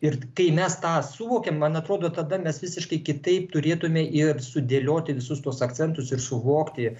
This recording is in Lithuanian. ir kai mes tą suvokiam man atrodo tada mes visiškai kitaip turėtume ir sudėlioti visus tuos akcentus ir suvokti